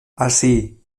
así